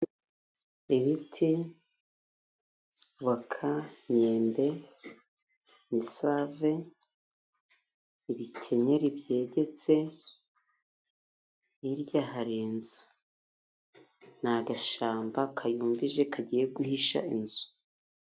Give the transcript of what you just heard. Ibiti, voka, imyembe, imisave, ibikenyeri byegetse hirya hari inzu. Ni agashyamba kayumbije kagiye guhisha inzu.